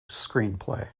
screenplay